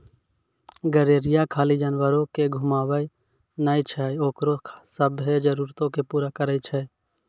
गरेरिया खाली जानवरो के घुमाबै नै छै ओकरो सभ्भे जरुरतो के पूरा करै छै